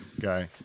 guy